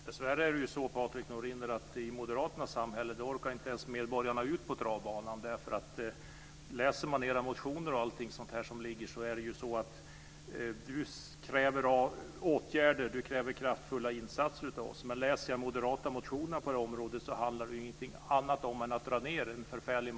Fru talman! Dessvärre är det ju så, Patrik Norinder, att i Moderaternas samhälle orkar medborgarna inte ens ut på travbanan. Du kräver åtgärder och kraftfulla insatser av oss, men de moderata motionerna på det här området handlar inte om annat än att dra in en massa pengar.